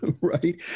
right